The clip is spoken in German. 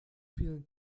vielen